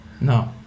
No